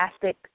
plastic